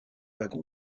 wagons